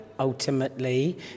Ultimately